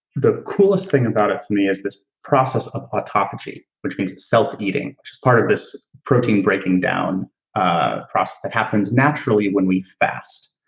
the coolest thing about it to me is this process of autophagy, which means self-eating, which is part of this protein breaking down ah process that happens naturally when we fast.